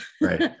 Right